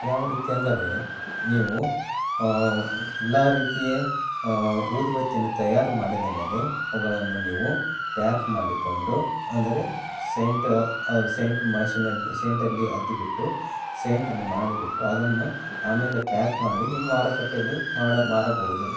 ಯಾವ ರೀತಿ ಅಂದರೆ ನೀವು ಎಲ್ಲ ರೀತಿಯೇ ಊದುಬತ್ತಿಯನ್ನು ತಯಾರು ಮಾಡಿದ ಮೇಲೆ ಅವುಗಳನ್ನು ನೀವು ಪ್ಯಾಕ್ ಮಾಡಿಕೊಂಡು ಅಂದರೆ ಸೇಂಟ ಸೆಂಟ್ ಮಷಿನಲ್ಲಿ ಸೆಂಟಲ್ಲಿ ಅದ್ದಿಬಿಟ್ಟು ಸೇಂಟನ್ನು ಮಾಡಿಬಿಟ್ಟು ಅದನ್ನು ಆಮೇಲೆ ಪ್ಯಾಕ್ ಮಾಡಿ ನೀವು ಮಾರುಕಟ್ಟೆಯಲ್ಲಿ ಮಾರ ಮಾರಬಹುದು